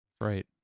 right